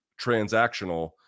transactional